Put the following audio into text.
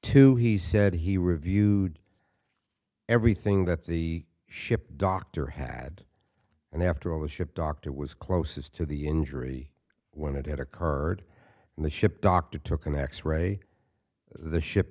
to he said he reviewed everything that the ship doctor had and after all the ship doctor was closest to the injury when it had occurred and the ship doctor took an x ray the ship